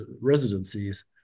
residencies